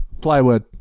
Plywood